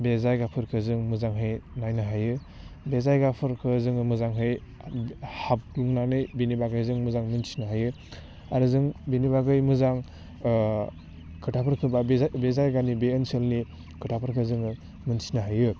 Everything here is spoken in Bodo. बे जायगाफोरखो जों मोजांहै नायनो हायो बे जायगाफोरखो जोङो मोजांहै हाबग्लुंनानै बेनि बागै जों मोजां मोनथिनो हायो आरो जों बिनि बागै मोजां खोथाफोरखौ बा बि जायगानि बे ओनसोलनि खोथाफोरखौ जोङो मोनथिनो हायो